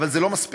אבל זה לא מספיק.